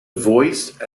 voiced